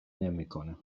نمیکنه